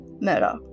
murder